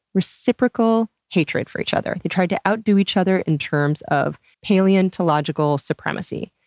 reciprocal hatred for each other. they tried to outdo each other in terms of paleontological supremacy.